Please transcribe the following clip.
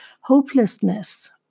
hopelessness